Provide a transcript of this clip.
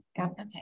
Okay